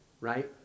Right